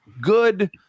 good